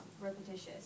repetitious